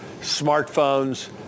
smartphones